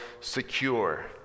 secure